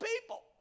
people